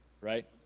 right